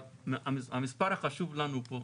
אבל המספר החשוב לנו כאן הוא